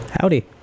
Howdy